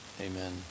Amen